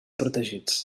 protegits